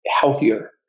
healthier